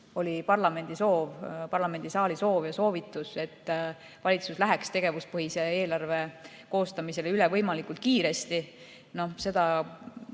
ja siis oli parlamendisaali soov ja soovitus, et valitsus läheks tegevuspõhise eelarve koostamisele üle võimalikult kiiresti. Seda